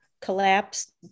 collapse